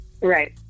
right